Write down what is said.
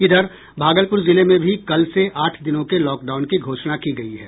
इधर भागलपुर जिले में भी कल से आठ दिनों के लॉकडाउन की घोषणा की गयी है